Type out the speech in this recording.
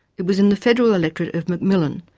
it was in the federal electorate of mcmillan,